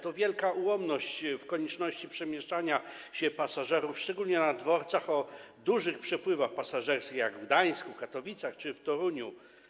To wielka ułomność w przypadku konieczności przemieszczania się pasażerów, szczególnie na dworcach o dużych przepływach pasażerskich, np. w Gdańsku, Katowicach czy Toruniu.